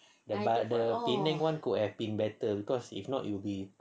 but the penang [one] could have been better cause if not raining